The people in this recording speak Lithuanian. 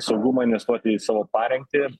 saugumą investuoti į savo parengtį